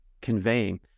conveying